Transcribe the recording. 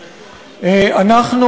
תודה,